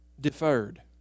deferred